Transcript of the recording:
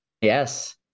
Yes